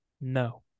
no